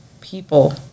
people